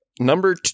Number